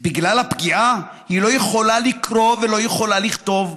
בגלל הפגיעה היא לא יכולה לקרוא ולא יכולה לכתוב.